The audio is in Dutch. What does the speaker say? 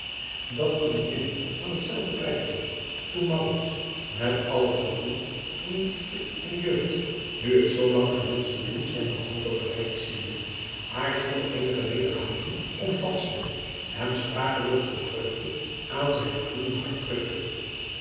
dat in het midden van hetzelve prijkte toen met al het gevoel van liesde en jeugd nu het zoolang gewenschte doel zijner hope bereikt ziende haar zonder eenige wederhouding omhelsde en sprakeloos van vreugde aan zijn gloeijend hart drukte